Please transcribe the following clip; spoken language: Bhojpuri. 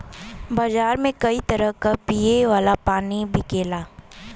बजारे में कई तरह क पिए वाला पानी बिकला